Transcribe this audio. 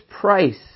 price